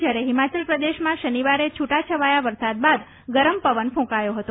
જ્યારે હિમાચલપ્રદેશમાં શનિવારે છૂટાછવાયા વરસાદ બાદ ગરમપવન ફૂંકાયો હતો